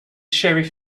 sheriff